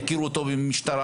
יכירו אותו במשטרה.